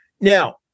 Now